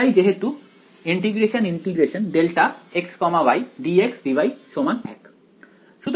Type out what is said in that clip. তাই যেহেতু ∫∫δx ydxdy 1